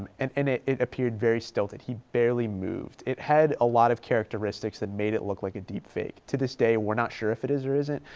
and, and and it, it appeared very stilted. he barely moved. it had a lot of characteristics that made it look like a deep fake. to this day, we're not sure if it is or isn't.